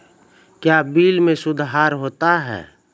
क्या बिल मे सुधार होता हैं?